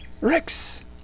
Rex